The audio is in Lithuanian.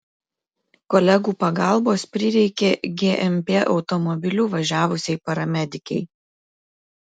kolegų pagalbos prireikė gmp automobiliu važiavusiai paramedikei